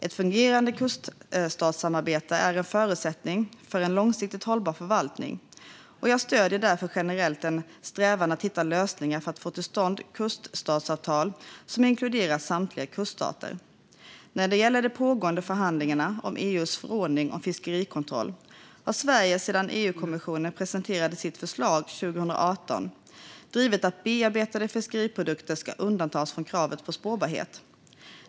Ett fungerande kuststatssamarbete är en förutsättning för en långsiktigt hållbar förvaltning, och jag stöder därför generellt en strävan att hitta lösningar för att få till stånd kuststatsavtal som inkluderar samtliga kuststater. När det gäller de pågående förhandlingarna om EU:s förordning om fiskerikontroll har Sverige sedan EU-kommissionen presenterade sitt förslag 2018 drivit att bearbetade fiskeriprodukter ska undantas från kraven på spårbarhet.